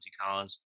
Collins